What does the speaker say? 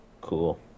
Cool